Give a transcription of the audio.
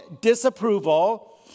disapproval